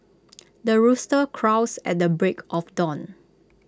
the rooster crows at the break of dawn